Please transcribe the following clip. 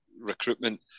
recruitment